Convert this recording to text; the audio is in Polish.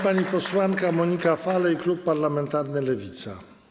Pani posłanka Monika Falej, klub parlamentarny Lewica.